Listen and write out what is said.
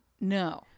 no